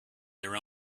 their